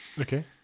Okay